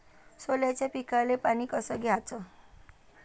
सोल्याच्या पिकाले पानी कस द्याचं?